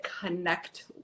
connect